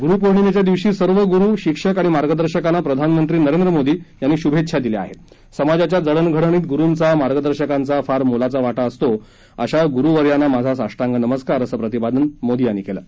गुरु पौर्णिमध्या दिवशी सर्व गुरु शिक्षक आणि मार्गदर्शकांना प्रधानमंत्री नरेंद्र मोदी यांनी शुभछ्छा दिल्या आहत्त समाजाच्या जडणघडणीत गुरुंचा मार्गदर्शकांचा फार मोलाचा वाटा असतो अशा गुरुवर्यांना माझा साष्टांग नमस्कार असं प्रतिपादन मोदी यांनी कलि